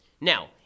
Now